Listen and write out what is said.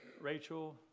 Rachel